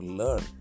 learn